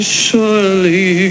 surely